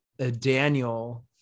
Daniel